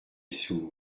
sourd